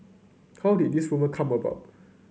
how did this rumour come about